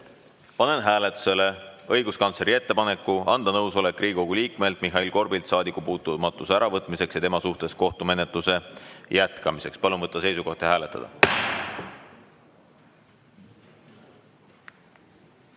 panen hääletusele õiguskantsleri ettepaneku anda nõusolek Riigikogu liikmelt Mihhail Korbilt saadikupuutumatuse äravõtmiseks ja tema suhtes kohtumenetluse jätkamiseks. Palun võtta seisukoht ja hääletada!